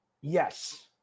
yes